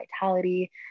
vitality